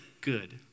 good